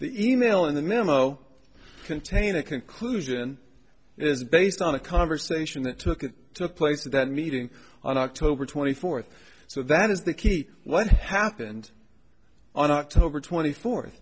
the e mail in the memo contain a conclusion is based on a conversation that took place at that meeting on october twenty fourth so that is the key what happened on october twenty fourth